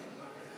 אני לא יודע.